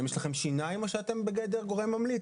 האם יש לכם שיניים או שאתם בגדר גורם ממליץ?